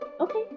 Okay